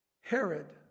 Herod